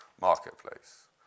marketplace